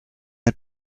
her